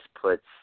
puts